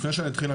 לפני שאני אתחיל,